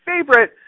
favorite